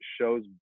shows